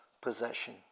possession